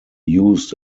used